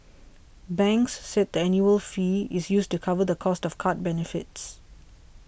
banks said that annual fee is used to cover the cost of card benefits